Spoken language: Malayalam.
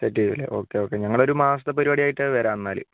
സെറ്റ് ചെയ്യില്ലെ ഓക്കേ ഓക്കേ ഞങ്ങൾ ഒരു മാസത്തെ പരിപാടി ആയിട്ട് വരാം എന്നാൽ